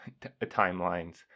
timelines